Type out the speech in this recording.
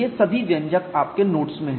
ये सभी व्यंजक आपके नोट्स में हैं